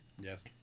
Yes